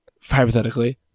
hypothetically